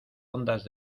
ondas